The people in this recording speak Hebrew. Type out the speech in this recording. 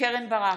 קרן ברק,